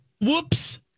Whoops